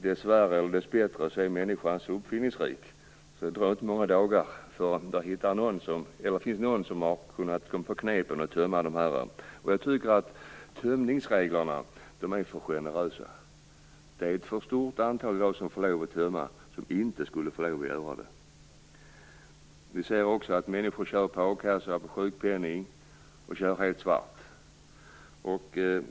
Dessvärre, eller dessbättre, är människan så uppfinningsrik att det inte dröjer många dagar förrän någon kommit på ett knep för att tömma även dessa. Jag tycker att tömningsreglerna är för generösa. Det är i dag ett för stort antal som får tömma men som inte borde få det. Vi ser också att människor kör med a-kassa eller med sjukpenning och att de kör helt svart.